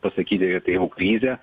pasakyti kad tai jau krizė